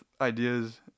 ideas